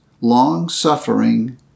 long-suffering